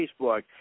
Facebook